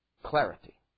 clarity